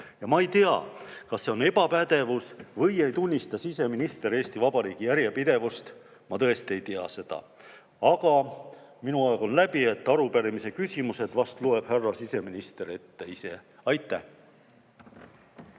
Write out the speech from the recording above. Ma ei tea, kas see on ebapädevus või ei tunnista siseminister Eesti Vabariigi järjepidevust. Ma tõesti ei tea seda. Aga minu aeg on läbi. Arupärimise küsimused vast loeb härra siseminister ise ette. Aitäh!